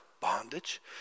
bondage